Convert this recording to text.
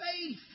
faith